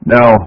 Now